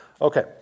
Okay